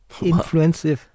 influential